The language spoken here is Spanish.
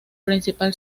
principal